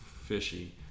fishy